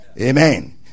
Amen